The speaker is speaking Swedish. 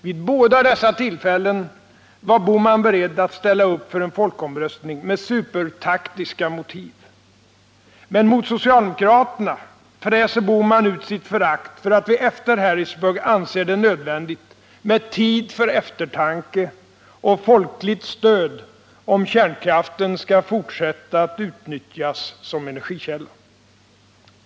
Vid båda dessa tillfällen var Gösta Bohman beredd att ställa upp för en folkomröstning med supertaktiska motiv. Men mot socialdemokratin fräser Gösta Bohman ut sitt förakt för att vi efter Harrisburg anser det nödvändigt med tid för eftertanke och ett folkligt stöd, om kärnkraften skall fortsätta att utnyttjas som energikälla.